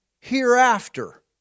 hereafter